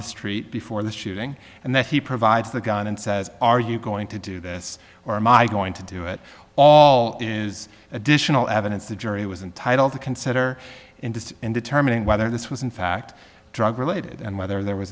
the street before the shooting and then he provides the gun and says are you going to do this or am i going to do it all is additional evidence the jury was entitled to consider in this in determining whether this was in fact drug related and whether